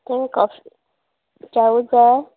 थिंगां कॉफी चावूत जाय